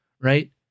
right